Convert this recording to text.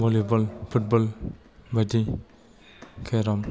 volleyball football बायदि carrom